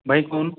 ଭାଇ କୁହନ୍ତୁ